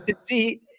see